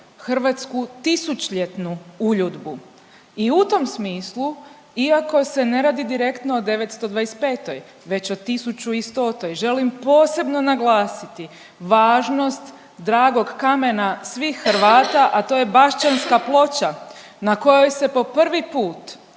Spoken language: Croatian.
hrvatsku tisućljetnu uljudbu i u tom smislu iako se ne radi direktno o 925. već o 1100. želim posebno naglasiti važnost dragog kamena svih Hrvata, a to je Bašćanka ploča na kojoj se po prvi put